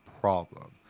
problem